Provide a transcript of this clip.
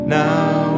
now